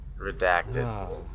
redacted